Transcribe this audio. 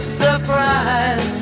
surprise